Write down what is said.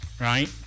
right